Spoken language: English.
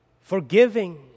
Forgiving